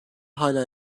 hâlâ